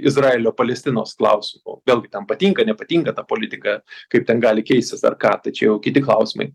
izraelio palestinos klausimu vėlgi ten patinka nepatinka ta politika kaip ten gali keistis ar ką tai čia jau kiti klausimai